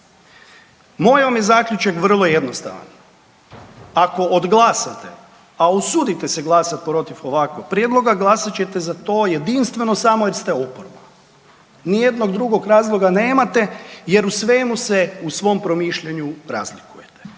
Moj vam je zaključak vrlo jednostavan. Ako odglasate, a usudite se glasati protiv ovakvog prijedloga, glasat ćete za to jedinstveno samo jer ste oporba. Ni jednog drugog razloga nemate, jer u svemu se u svom promišljanju razlikujete.